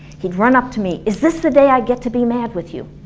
he'd run up to me, is this the day i get to be mad with you?